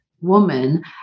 woman